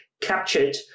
captured